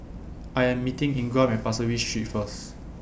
I Am meeting Ingram At Pasir Ris Street First